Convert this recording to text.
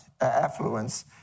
affluence